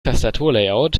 tastaturlayout